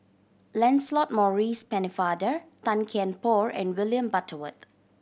Lancelot Maurice Pennefather Tan Kian Por and William Butterworth